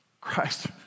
Christ